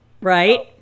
Right